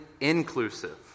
inclusive